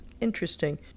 Interesting